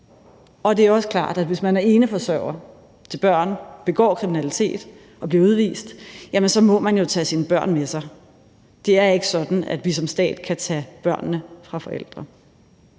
Og det er også klart, at hvis man er eneforsørger til børn, begår kriminalitet og bliver udvist, så må man jo tage sine børn med sig. Det er ikke sådan, at vi som stat kan tage børnene fra forældrene.